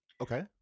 Okay